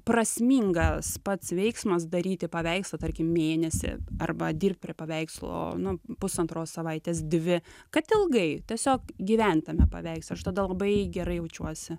prasmingas pats veiksmas daryti paveikslą tarkim mėnesį arba dirbt prie paveikslo nu pusantros savaitės dvi kad ilgai tiesiog gyvent tame paveiksle aš tada labai gerai jaučiuosi